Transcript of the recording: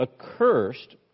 accursed